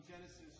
Genesis